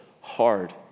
hard